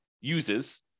uses